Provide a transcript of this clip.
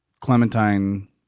Clementine